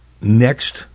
next